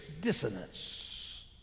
dissonance